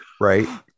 right